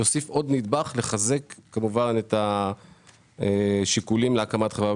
יוסיף עוד נדבך לחזק כמובן את השיקולים להקמת חברה.